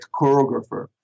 choreographer